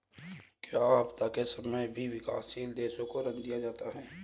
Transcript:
क्या आपदा के समय भी विकासशील देशों को ऋण दिया जाता है?